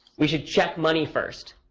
we should check money first.